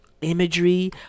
imagery